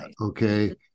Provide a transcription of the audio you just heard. okay